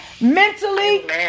Mentally